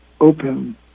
open